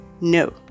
No